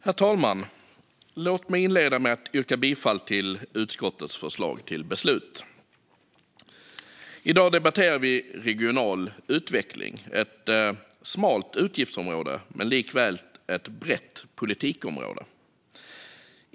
Herr talman! Låt mig inleda med att yrka bifall till utskottets förslag till beslut. I dag debatterar vi regional utveckling. Det är ett smalt utgiftsområde men likväl ett brett politikområde.